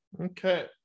Okay